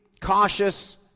cautious